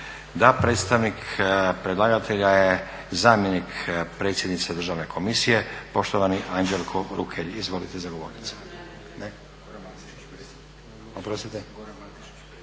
Da. Predstavnik predlagatelja je zamjenik predsjednice Državne komisije, poštovani Anđelko Rukelj. Izvolite za govornicu.